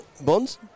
Bonds